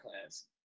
class